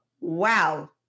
wow